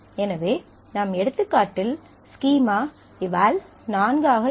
எனவே நம் எடுத்துக்காட்டில் ஸ்கீமா எவல் நான்கு ஆக இருக்கும்